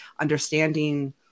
understanding